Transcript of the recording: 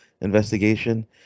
investigation